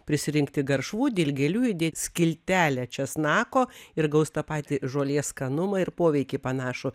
prisirinkti garšvų dilgėlių įdėt skiltelę česnako ir gaus tą patį žolės skanumą ir poveikį panašų